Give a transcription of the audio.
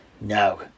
No